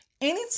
anytime